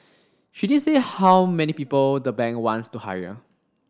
she didn't say how many people the bank wants to hire